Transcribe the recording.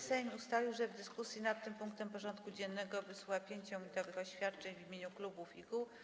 Sejm ustalił, że w dyskusji nad tym punktem porządku dziennego wysłucha 5-minutowych oświadczeń w imieniu klubów i kół.